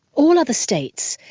all other states,